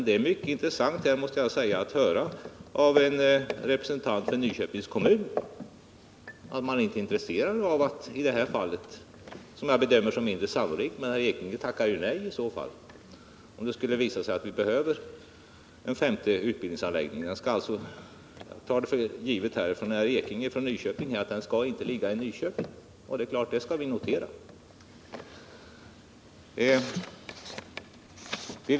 Det är mycket intressant att höra av en representant för Nyköpings kommun att man där inte är intresserad att få en utbildningsanläggning, om det skulle visa sig att vi behöver en femte utbildningsanläggning — vilket jag dock betraktar som mindre sannolikt. Bernt Ekinge menar alltså att den inte skall ligga i Nyköping, och det noterar vi.